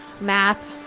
Math